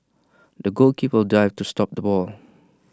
the goalkeeper dived to stop the ball